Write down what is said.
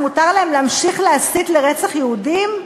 מותר להם להמשיך להסית לרצח יהודים?